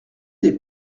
des